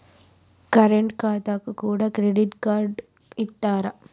Current ఖాతాకు కూడా credit card ఇత్తరా?